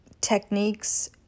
Techniques